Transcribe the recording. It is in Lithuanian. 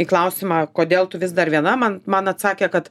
į klausimą kodėl tu vis dar viena man man atsakė kad